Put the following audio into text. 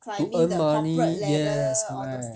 to earn money yes correct